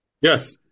Yes